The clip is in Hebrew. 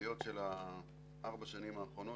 של ארבע השנים האחרונות.